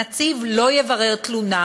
הנציב לא יברר תלונה,